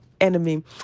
enemy